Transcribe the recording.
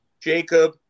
Jacob